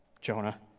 Jonah